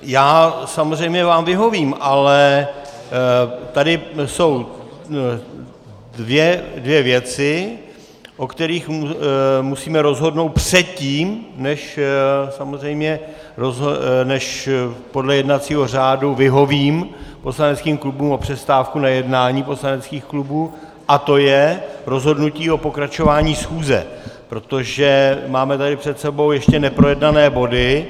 Já samozřejmě vám vyhovím, ale tady jsou dvě věci, o kterých musíme rozhodnout předtím, než samozřejmě podle jednacího řádu vyhovím poslaneckým klubům o přestávku na jednání poslaneckých klubů, a to je rozhodnutí o pokračování schůze, protože tady máme před sebou ještě neprojednané body.